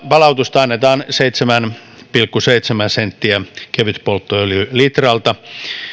palautusta annetaan seitsemän pilkku seitsemän senttiä kevytpolttoöljylitralta